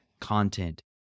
content